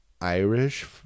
irish